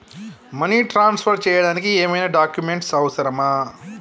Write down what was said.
Money transfer చేయడానికి ఏమైనా documents అవసరమా?